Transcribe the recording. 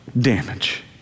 damage